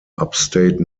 upstate